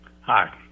Hi